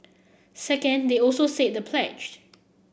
second they also say the pledged